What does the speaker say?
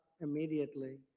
immediately